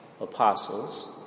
apostles